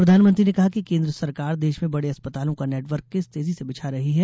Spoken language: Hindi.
प्रधानमंत्री ने कहा कि केन्द्र सरकार देश में बड़े अस्पतालों का नेटर्वक किस तेजी से बिछा रही है